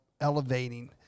elevating